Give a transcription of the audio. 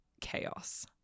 chaos